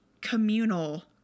communal